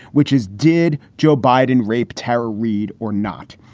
which is, did joe biden rape tara reid or not?